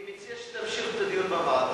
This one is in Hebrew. אני מציע שתמשיכו את הדיון בוועדה.